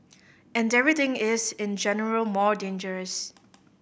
and everything is in general more dangerous